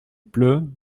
pleu